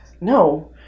no